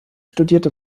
studierte